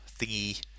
thingy